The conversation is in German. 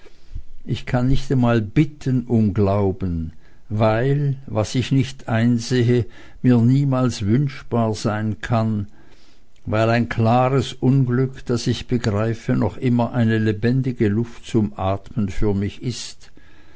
ich kann nicht einmal bitten um glauben weil was ich nicht einsehe mir niemals wünschbar sein kann weil ein klares unglück das ich begreife noch immer eine lebendige luft zum atmen für mich ist